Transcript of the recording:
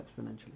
exponentially